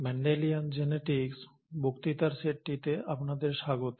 Mendelian genetics বক্তৃতার সেটটিতে আপনাদের স্বাগত